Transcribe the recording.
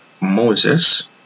moses